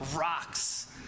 rocks